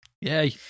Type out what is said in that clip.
Yay